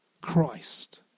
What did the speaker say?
Christ